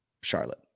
Charlotte